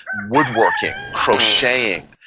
woodworking. crocheting.